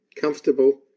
comfortable